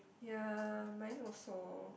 ya mine also